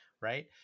Right